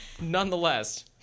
nonetheless